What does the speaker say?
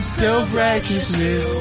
self-righteousness